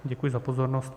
Děkuji za pozornost.